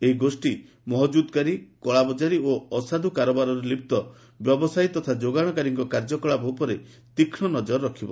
ଏହି ଗୋଷ୍ଠୀ ମହକୁଦକାରୀ କଳାବଜାରୀ ଓ ଅସାଧୁ କାରବାରରେ ଲିପ୍ତ ବ୍ୟବସାୟୀ ତଥା ଯୋଗାଶକାରୀଙ୍କ କାର୍ଯ୍ୟକଳାପ ଉପରେ ତୀକ୍ଷ୍ଣ ନଜର ରଖିବ